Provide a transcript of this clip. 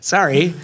Sorry